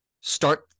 start